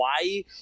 hawaii